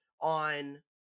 on